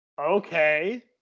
Okay